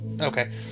Okay